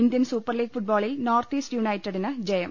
Indian Super League ഫുഡ്ബോളിൽ North East യുണേറ്റ ഡിന് ജയം